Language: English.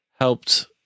helped